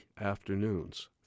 afternoons